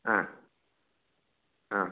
ஆ ஆ